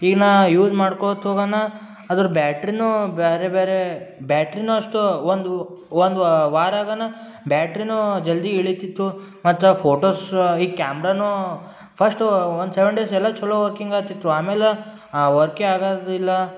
ಈಗ ನಾನು ಯೂಸ್ ಮಾಡ್ಕೋತ ಹೋಗಣ ಅದ್ರ ಬ್ಯಾಟ್ರಿಯೂ ಬೇರೆ ಬೇರೇ ಬ್ಯಾಟ್ರಿಯೂ ಅಷ್ಟು ಒಂದು ಒಂದು ವಾರಗನ ಬ್ಯಾಟ್ರಿಯೂ ಜಲ್ದಿ ಇಳಿತಿತ್ತು ಮತ್ತು ಫೋಟೋಷ್ ಈ ಕ್ಯಾಮ್ರವೂ ಫಸ್ಟು ಒಂದು ಸೆವೆನ್ ಡೇಸೆಲ್ಲ ಚೊಲೋ ವರ್ಕಿಂಗ್ ಆಗ್ತಿತ್ತು ಆಮೇಲೆ ವರ್ಕೇ ಆಗದಿಲ್ಲ